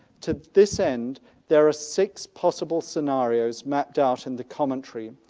to this end there are six possible scenarios mapped out in the commentary.